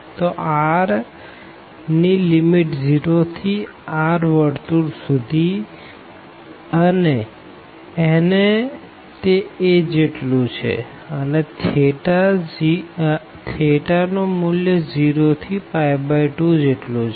તો r ની limit 0 થી r સર્કલ સુધી એને તે a જેટલું છેઅને થેટા નું મૂલ્ય 0 થી 2 જેટલું છે